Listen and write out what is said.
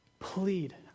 Plead